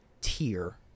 tier